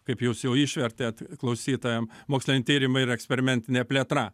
kaip jūs jau išvertėt klausytojam moksliniai tyrimai ir eksperimentinė plėtra